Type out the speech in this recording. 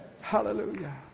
Hallelujah